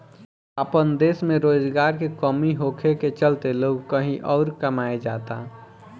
आपन देश में रोजगार के कमी होखे के चलते लोग कही अउर कमाए जाता